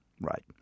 Right